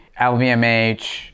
LVMH